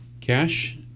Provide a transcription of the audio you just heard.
Cash